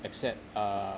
except uh